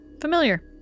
Familiar